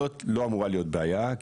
לא אמורה להיות בעיה,